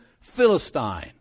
Philistine